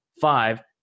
Five